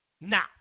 Now